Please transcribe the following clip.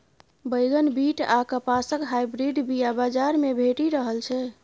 बैगन, बीट आ कपासक हाइब्रिड बीया बजार मे भेटि रहल छै